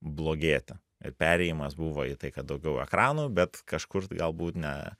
blogėti ir perėjimas buvo į tai kad daugiau ekranų bet kažkur galbūt ne